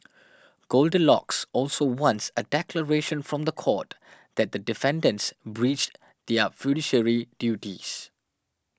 goldilocks also wants a declaration from the court that the defendants breached their fiduciary duties